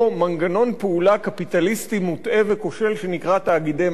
פעולה קפיטליסטי מוטעה וכושל שנקרא תאגידי מים וביוב.